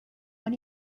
when